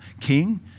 king